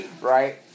Right